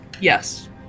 Yes